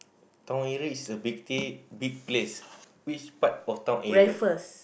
town area is a pretty big place which part of town area